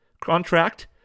contract